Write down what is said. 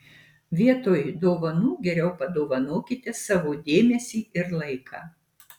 vietoj dovanų geriau padovanokite savo dėmesį ir laiką